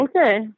Okay